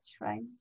right